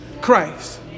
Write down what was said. Christ